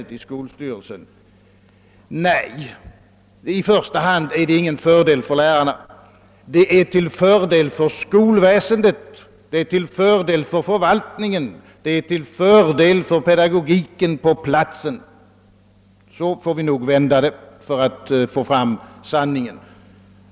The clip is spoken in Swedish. Nej, herr Gustafsson, i första hand är det ingen fördel för lärarna, utan det är en fördel för skolväsendet — det är till fördel för förvaltningen, det är till fördel för pedagogiken på platsen. Så får vi nog vända på saken för att få fram sanningen.